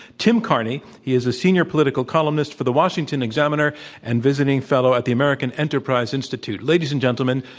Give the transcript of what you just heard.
tim carney. he is a senior political columnist for the washington examiner and visiting fellow at the american enterprise institute. ladies and gentlemen,